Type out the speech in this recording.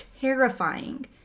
terrifying